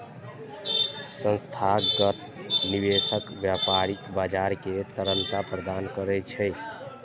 संस्थागत निवेशक व्यापारिक बाजार कें तरलता प्रदान करै छै